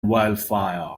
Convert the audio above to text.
wildfire